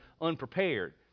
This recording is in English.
unprepared